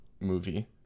movie